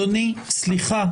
סליחה,